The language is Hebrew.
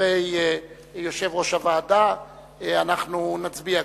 דברי יושב-ראש הוועדה אנחנו גם נצביע.